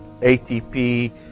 ATP